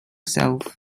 self